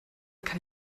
kann